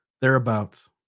thereabouts